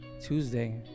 Tuesday